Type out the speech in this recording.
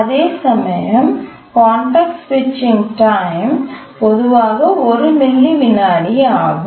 அதேசமயம் கான்டெக்ஸ்ட் சுவிட்சிங் டைம் பொதுவாக 1 மில்லி விநாடி ஆகும்